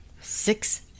Six